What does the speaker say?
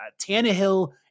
Tannehill